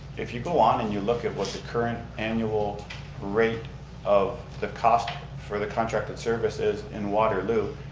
if you go on and you look at what the current annual rate of the cost for the contracted service is in waterloo,